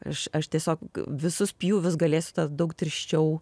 aš aš tiesiog visus pjūvius galėsiu ta daug tirščiau